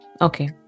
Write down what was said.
okay